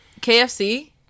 KFC